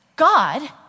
God